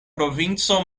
provinco